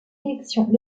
élections